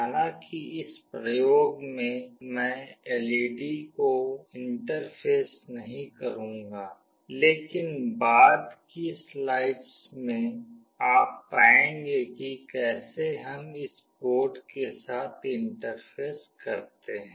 हालांकि इस प्रयोग में मैं एलईडी को इंटरफ़ेस नहीं करूंगी लेकिन बाद की स्लाइड्स में आप पाएंगे कि कैसे हम इसे बोर्ड के साथ इंटरफेस करते हैं